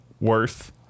worth